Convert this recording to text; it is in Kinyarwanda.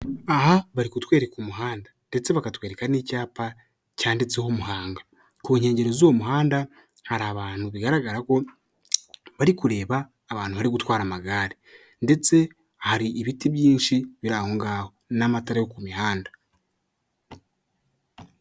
Aha bari kutwereka umuhanda ndetse bakatwereka n'icyapa cyanditseho Muhanga ku nkengero z'u muhanda hari abantu bigaragara ko bari kureba abantu bari gutwara amagare ndetse hari ibiti byinshi birangaho n'amatara yo ku mihanda.